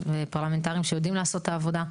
ופרלמנטרים שיודעים לעשות את העבודה.